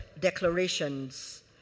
declarations